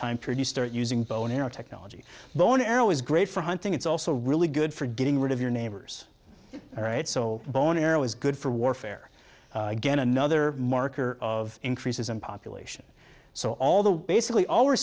time period you start using bow and arrow technology but one arrow is great for hunting it's also really good for getting rid of your neighbors right so bone marrow is good for warfare again another marker of increases in population so all the basically all we're